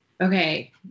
Okay